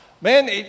Man